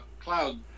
cloud